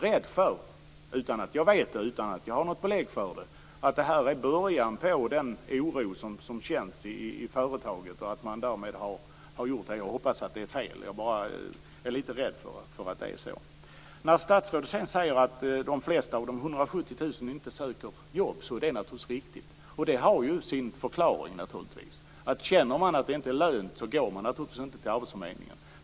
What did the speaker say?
Jag är, utan att ha något belägg för det, litet rädd för att det här är början på den oro som känns i företaget. Jag hoppas att det är fel, men jag är litet rädd för detta. Statsrådet säger att de flesta av de 170 000 inte söker jobb, och det är naturligtvis riktigt. Känner man att det inte lönar sig, går man naturligtvis inte till arbetsförmedlingen.